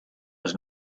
was